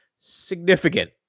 Significant